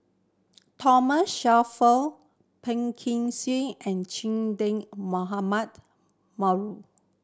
Thoma Shelford Phua Kin Siang and Che Dah Mohamed